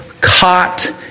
caught